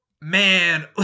man